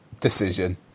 decision